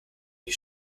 die